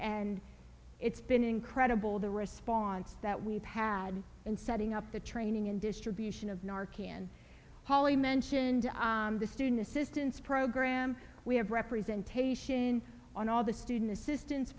and it's been incredible the response that we've had in setting up the training and distribution of narky and holly mentioned the student assistance program we have representation on all the student assistance